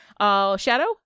Shadow